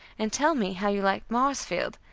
and tell me how you like marsfield,